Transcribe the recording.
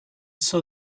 saw